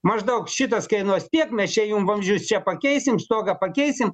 maždaug šitas kainuos tiek mes čia jum vamzdžius čia pakeisim stogą pakeisim